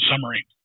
summary